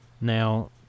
Now